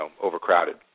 overcrowded